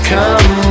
Come